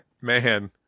Man